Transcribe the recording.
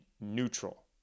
neutral